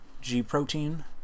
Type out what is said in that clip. G-protein